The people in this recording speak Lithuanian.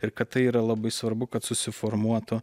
ir kad tai yra labai svarbu kad susiformuotų